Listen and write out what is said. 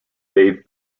dave